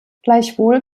gleichwohl